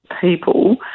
people